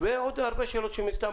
ועוד הרבה שאלות שמן הסתם